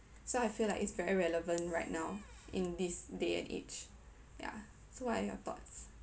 so I feel like it's very relevant right now in this day and age yeah so what are your thoughts